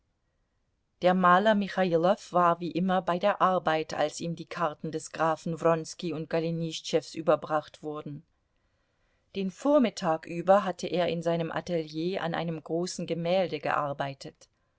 der maler michailow war wie immer bei der arbeit als ihm die karten des grafen wronski und golenischtschews überbracht wurden den vormittag über hatte er in seinem atelier an seinem großen gemälde gearbeitet